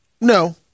No